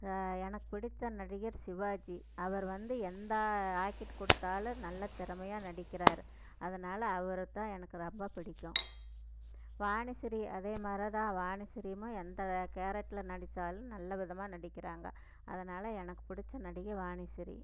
எனக்கு பிடித்த நடிகர் சிவாஜி அவர் வந்து எந்த ஆக்கிட்டு கொடுத்தாலும் நல்ல திறமையாக நடிக்கிறார் அதனால் அவரைத்தான் எனக்கு ரொம்ப பிடிக்கும் வாணிஸிரி அதே மாதிரியே தான் வாணிஸிரியும் எந்த கேரக்ட்ல நடித்தாலும் நல்ல விதமாக நடிக்கிறாங்க அதனால் எனக்கு பிடிச்ச நடிகை வாணிஸிரி